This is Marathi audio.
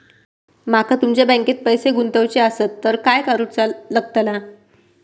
माका तुमच्या बँकेत पैसे गुंतवूचे आसत तर काय कारुचा लगतला?